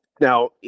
Now